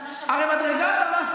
הרי מדרגת המס,